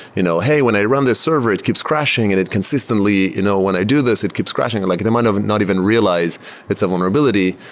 you know hey, when i run this server, it keeps crashing and it consistently you know when i do this, it keeps crashing. like they might have not even realized it's a vulnerability,